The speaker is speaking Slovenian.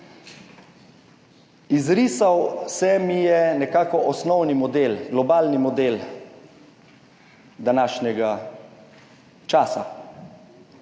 Izrisal se mi je nekako osnovni model, globalni model današnjega časa.